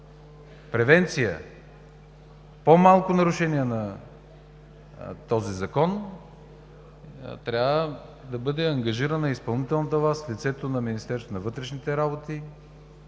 превенция, по-малко нарушения на този Закон, трябва да бъде ангажирана изпълнителната власт в лицето на Министерството на вътрешните работи,